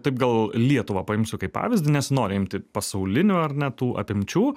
taip gal lietuvą paimsiu kaip pavyzdį nesinori imti pasaulinių ar ne tų apimčių